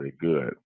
good